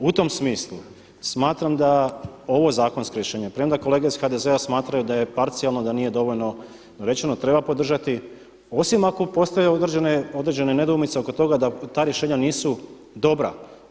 U tom smislu smatram da ovo zakonsko rješenje, premda kolege iz HDZ-a smatraju da je parcijalno, da nije dovoljno dorečeno treba podržati osim ako postoje određene nedoumice oko toga da ta rješenja nisu dobra.